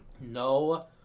No